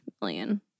million